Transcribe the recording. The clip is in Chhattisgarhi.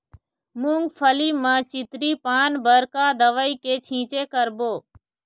मूंगफली म चितरी पान बर का दवई के छींचे करबो?